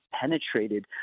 penetrated